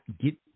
get –